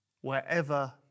wherever